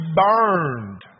burned